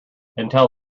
until